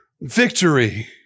victory